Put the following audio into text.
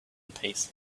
peace